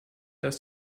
das